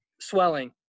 swelling